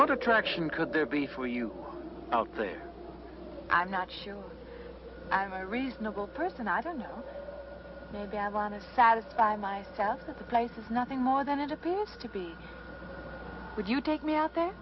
but attraction could there be for you out there i'm not sure i'm a reasonable person i don't know maybe i wanna satisfy myself that the place is nothing more than it appears to be would you take me out